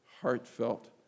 heartfelt